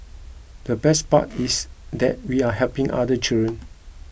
the best part is that we are helping other children